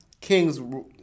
King's